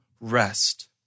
rest